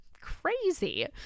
crazy